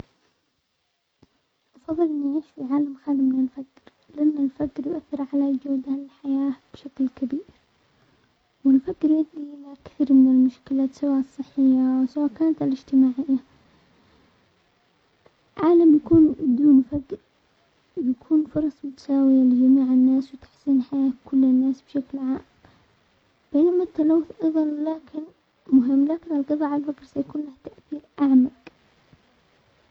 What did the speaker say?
افضل ان اعيش في عالم خالي من الفقر، لان الفقر يؤثر على الجودة للحياة بشكل كبير، والفقر يؤدي الى كثير من المشكلات سواء الصحية سواء كانت الاجتماعية، عالم يكون بدون فقر بيكون فرص متساوية لجميع الناس وتحسين حياة كل الناس بشكل عام، بينما التلوث ايضا لكن مهمتنا القضاء على الفقر سيكون لها تأثير اعمق.